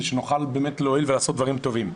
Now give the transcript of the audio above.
ושנוכל להועיל ולעשות דברים טובים.